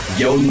yo